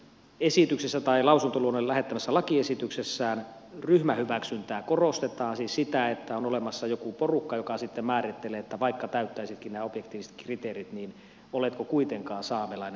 esityksessä tai lausutun lumilla lausunnolle lähettämässä lakiesityksessä ryhmähyväksyntää korostetaan siis sitä että on olemassa joku porukka joka sitten määrittelee että vaikka täyttäisitkin nämä objektiiviset kriteerit niin oletko kuitenkaan saamelainen